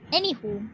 Anywho